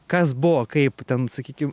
kas buvo kaip ten sakykim